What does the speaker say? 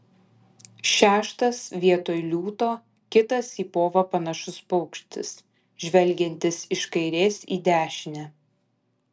šeštas vietoj liūto kitas į povą panašus paukštis žvelgiantis iš kairės į dešinę